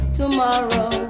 tomorrow